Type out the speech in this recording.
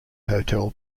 hotel